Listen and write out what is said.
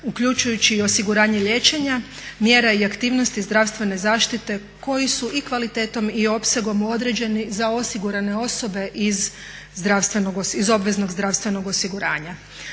uključujući i osiguranje liječenja, mjera i aktivnosti zdravstvene zaštite koji su i kvalitetom i opsegom određeni za osigurane osobe iz obvezanog zdravstvenog osiguranja.